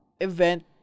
event